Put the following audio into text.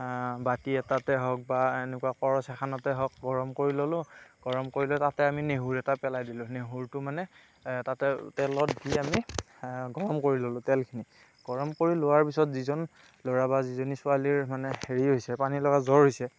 বাতি এটাতে হওক বা এনেকুৱা কৰচ এখনতে হওক গৰম কৰি ললোঁ গৰম কৰি লৈ আমি তাতে এটা নহৰু পেলাই দিলোঁ নহৰুটো মানে তাতে তেলত দি আমি গৰম কৰি ললোঁ তেলখিনি গৰম কৰি লোৱাৰ পিছত যিজন ল'ৰা বা যিজনী ছোৱালীৰ মানে হেৰি হৈছে পানীলগা জ্বৰ হৈছে